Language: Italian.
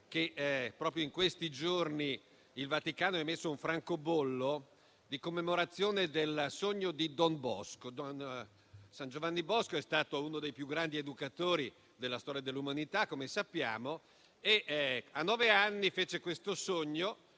che, proprio in questi giorni, il Vaticano ha emesso un francobollo di commemorazione del sogno di Don Bosco. San Giovanni Bosco è stato uno dei più grandi educatori della storia dell'umanità, come sappiamo: a nove anni fece un sogno,